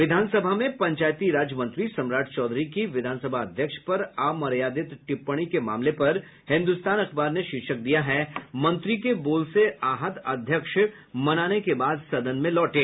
विधानसभा में पंचायती राज मंत्री सम्राट चौधरी की विधानसभा अध्यक्ष पर अमर्यादित टिप्पणी के मामले पर हिन्दुस्तान अखबार ने शीर्षक दिया है मंत्री के बोल से आहत अध्यक्ष मनाने के बाद सदन में लौटें